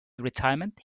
retirement